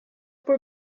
por